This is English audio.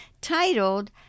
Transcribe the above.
titled